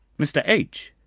mr. h,